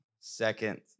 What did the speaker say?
second